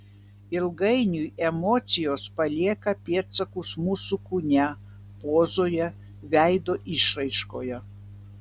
ilgainiui emocijos palieka pėdsakus mūsų kūne pozoje veido išraiškoje